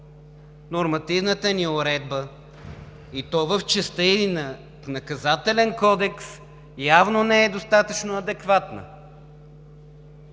нормативната ни уредба, и то в частта ѝ на Наказателен кодекс, явно не е достатъчно адекватна.